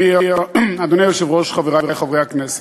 אדוני היושב-ראש, חברי חברי הכנסת,